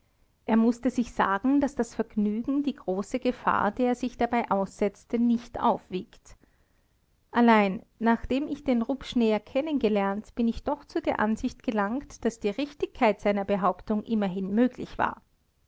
er mußte sich sagen daß das vergnügen die große gefahr der er sich dabei aussetze nicht aufwiegt allein nachdem ich den rupsch näher kennengelernt bin ich doch zu der ansicht gelangt daß die richtigkeit seiner behauptung immerhin möglich war